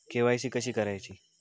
KYC कशी करायची?